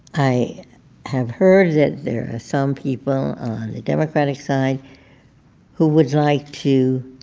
i have heard that there are some people on the democratic side who would like to